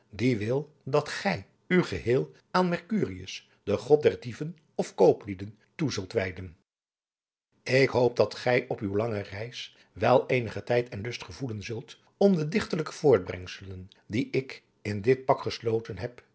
die wil dat gij u geheel aan mercurius den god adriaan loosjes pzn het leven van johannes wouter blommesteyn der dieven of kooplieden toe zult wijden ik hoop dat gij op uwe lange reis wel eenigen tijd en lust gevoelen zult om de dichterlijke voortbrengselen die ik in dit pak gesloten heb